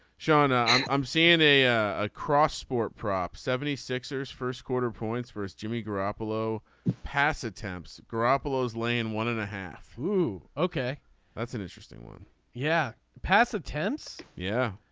shawna um i'm seeing a a cross sport prop seventy sixers first quarter points for jimmy garoppolo pass attempts grapple those lane one and a half whoo ok that's an interesting one yeah past tense yeah